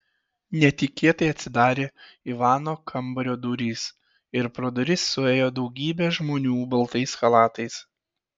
netikėtai atsidarė ivano kambario durys ir pro duris suėjo daugybė žmonių baltais chalatais